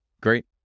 Great